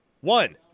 One